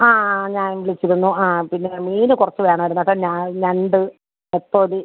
ആ ആ ഞാൻ വിളിച്ചിരുന്നു ആ പിന്നെ മീൻ കുറച്ച് വേണമായിരുന്നു കേട്ടോ ഞണ്ട് നത്തോലി